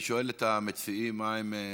אני שואל את המציעים מה הם מבקשים.